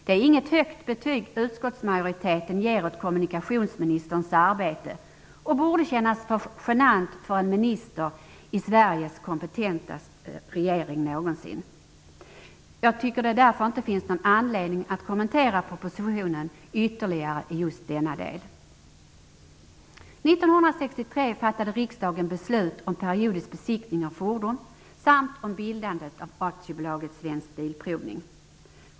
Det är inget högt betyg som utskottsmajoriteten ger åt kommunikationsministerns arbete, och det borde kännas genant för en minister i ''Sveriges kompetentaste regering någonsin''. Det finns därför ingen anledning att kommentera propositionen ytterligare i just denna del. Svensk Bilprovning.